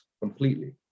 completely